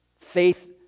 Faith